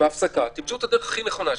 בהפסקה תמצאו את הדרך הכי נכונה.